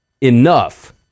enough